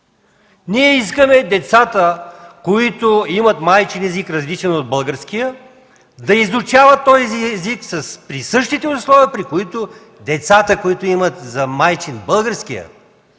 Ние искаме децата, които имат майчин език, различен от българския, да го изучават при същите условия, при които децата, които имат за майчин език българският.